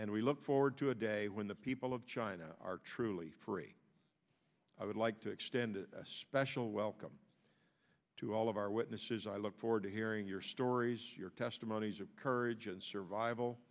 and we look forward to a day when the people of china are truly free i would like to extend a special welcome to all of our witnesses i look forward to hearing your stories your testimonies of courage and survival